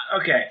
Okay